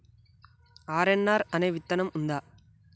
RNR అనే విత్తనం ఉందా?